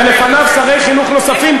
ולפניו שרי חינוך נוספים,